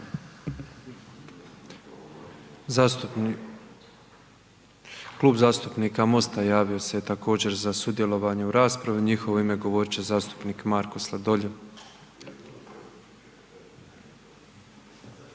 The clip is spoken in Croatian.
(MOST)** Klub zastupnika MOST-a javio se također za sudjelovanje u raspravi, u njihovo ime govorit će Marko Sladoljev.